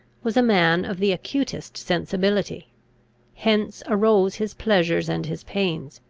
was a man of the acutest sensibility hence arose his pleasures and his pains,